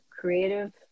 creative